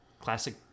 classic